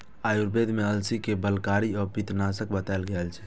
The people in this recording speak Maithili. आयुर्वेद मे अलसी कें बलकारी आ पित्तनाशक बताएल गेल छै